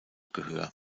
gehör